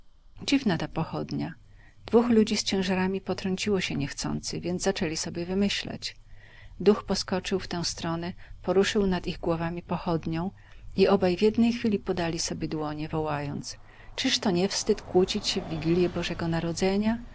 dziwna ta pochodnia dwóch ludzi z ciężarami potrąciło się niechcący więc zaczęli sobie wymyślać duch poskoczył w tę stronę poruszył nad ich głowami pochodnią i obaj w jednej chwili podali sobie dłonie wołając czyż to nie wstyd kłócić się w wigilję bożego narodzenia